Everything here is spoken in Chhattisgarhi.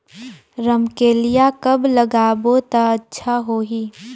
रमकेलिया कब लगाबो ता अच्छा होही?